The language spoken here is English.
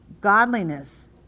Godliness